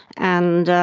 and